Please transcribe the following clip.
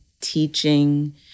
teaching